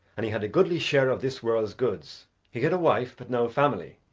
and he had a goodly share of this world's goods. he had a wife, but no family.